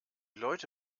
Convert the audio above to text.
leute